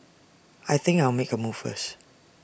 I think I'll make A move first